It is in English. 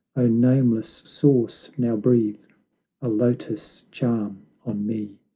o nameless source, now breathe a lotus charm on me!